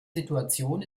situation